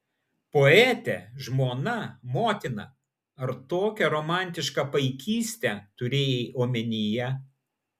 poetė žmona motina ar tokią romantišką paikystę turėjai omenyje